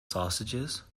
sausages